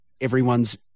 everyone's